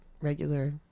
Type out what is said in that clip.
regular